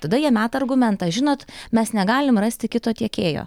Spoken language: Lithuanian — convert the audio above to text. tada jie meta argumentą žinot mes negalime rasti kito tiekėjo